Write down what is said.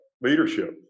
leadership